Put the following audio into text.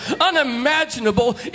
unimaginable